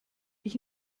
ich